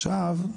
עכשיו,